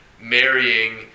marrying